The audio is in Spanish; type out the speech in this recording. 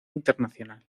internacional